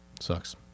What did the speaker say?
sucks